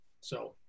So-